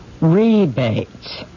rebates